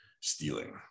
stealing